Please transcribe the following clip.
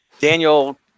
Daniel